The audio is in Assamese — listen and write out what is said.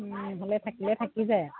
নহ'লে থাকিলে থাকি যায়